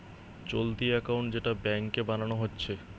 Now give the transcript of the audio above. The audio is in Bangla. চলতি একাউন্ট যেটা ব্যাংকে বানানা হচ্ছে